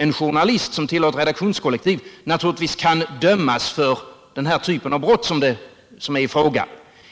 En journalist som tillhör ett redaktionskollektiv kan naturligtvis stämmas för den typ av brott som är i fråga